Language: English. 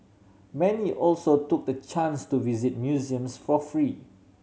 many also took the chance to visit museums for free